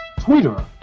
Twitter